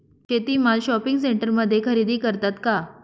शेती माल शॉपिंग सेंटरमध्ये खरेदी करतात का?